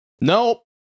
nope